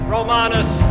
Romanus